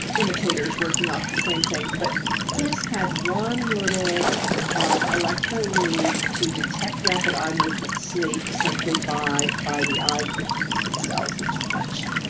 imitators working off the same things, but he has had one little um electro lead to detect rapid eye movement sleep simply by by the eye movements themselves, which is much.